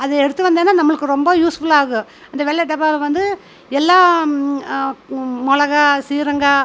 அது எடுத்து வந்தேனால் நம்மளுக்கு ரொம்ப யூஸ்ஃபுல் ஆகும் இந்த வெள்ளை டப்பாவை வந்து எல்லா மிளகா சீரகா